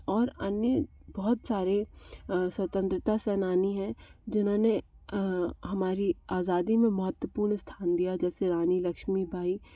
और अन्य बहुत सारे स्वतंत्रता सेनानी हैं जिन्होंने हमारी आज़ादी में महत्वपूर्ण स्थान दिया जैसे रानी लक्ष्मी बाई